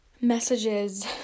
messages